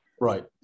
Right